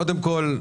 קודם כל,